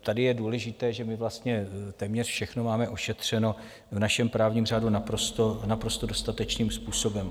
Tady je důležité, že my vlastně téměř všechno máme ošetřeno v našem právním řádu naprosto dostatečným způsobem.